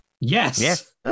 Yes